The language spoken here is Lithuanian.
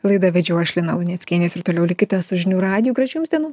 laidą vedžiau aš lina luneckienė ir toliau likite su žinių radiju gražių jums dienų